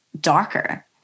darker